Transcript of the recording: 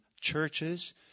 churches